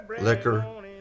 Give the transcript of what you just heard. liquor